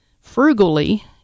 frugally